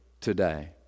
today